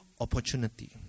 opportunity